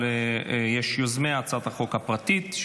אבל יוזמי הצעת החוק הפרטית,